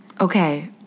okay